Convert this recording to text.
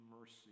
mercy